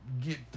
get